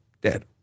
dead